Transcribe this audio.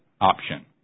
option